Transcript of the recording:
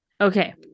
Okay